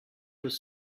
was